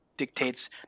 dictates